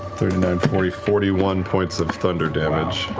thirty nine, forty, forty one points of thunder damage.